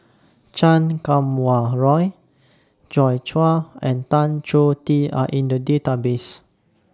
Chan Kum Wah Roy Joi Chua and Tan Choh Tee Are in The Database